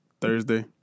Thursday